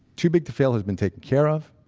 too big to fail has been taken care of.